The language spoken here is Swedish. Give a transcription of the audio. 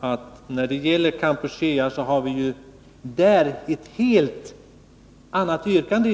att när det gäller Kampuchea har vi i dag ett helt annat yrkande.